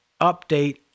update